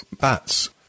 bats